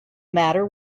matter